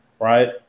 right